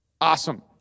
awesome